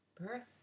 Birth